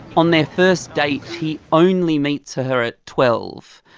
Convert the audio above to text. on their first date he only meets her her at twelve,